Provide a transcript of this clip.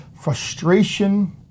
frustration